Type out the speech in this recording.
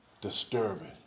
disturbing